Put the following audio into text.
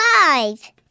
Five